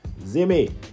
Zimmy